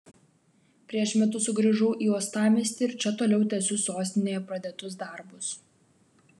prieš metus sugrįžau į uostamiestį ir čia toliau tęsiu sostinėje pradėtus darbus